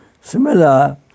Similar